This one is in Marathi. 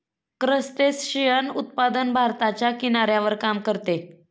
क्रस्टेशियन उत्पादन भारताच्या किनाऱ्यावर काम करते